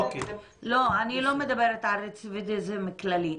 אני לא מדברת על רצידיביזם כללי,